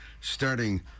starting